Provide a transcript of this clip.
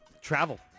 Travel